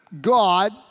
God